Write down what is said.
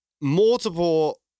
multiple